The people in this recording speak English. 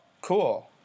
cool